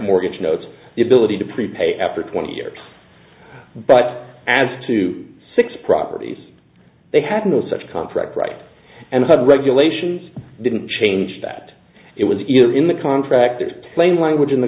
mortgage notes the ability to prepay after twenty years but as to six properties they had no such contract right and the regulations didn't change that it was in the contractor's plain language in the